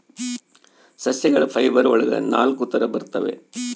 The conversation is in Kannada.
ಸಸ್ಯಗಳ ಫೈಬರ್ ಒಳಗ ನಾಲಕ್ಕು ತರ ಬರ್ತವೆ